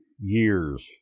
Years